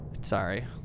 Sorry